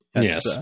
Yes